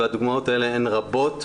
והדוגמאות האלה הן רבות,